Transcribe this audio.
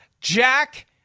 Jack